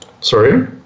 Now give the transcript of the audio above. Sorry